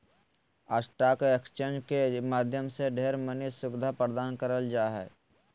stock exchange के माध्यम से ढेर मनी सुविधा प्रदान करल जा हय